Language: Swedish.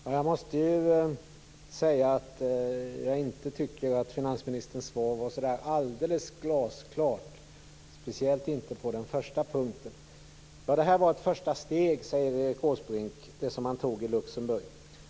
Fru talman! Jag måste säga att jag inte tycker att finansministerns svar var så där alldeles glasklart, speciellt inte på den första punkten. Det var ett första steg, säger Erik Åsbrink, som man tog i Luxemburg.